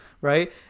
right